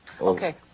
Okay